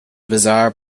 bizarre